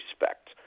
respect